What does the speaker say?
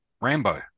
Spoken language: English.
Rambo